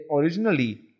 originally